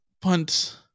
punt